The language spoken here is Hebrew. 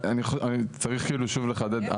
צריך שוב לחדד.